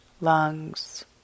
lungs